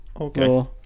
Okay